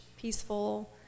peaceful